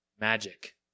magic